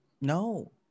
No